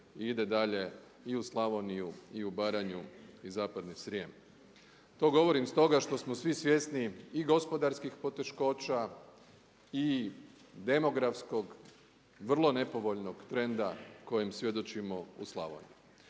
i ide dalje i u Slavoniju i u Baranju i zapadni Srijem. To govorim stoga što smo svi svjesni i gospodarskih poteškoća i demografskog vrlo nepovoljnog trenda kojim svjedočimo u Slavoniji.